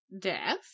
death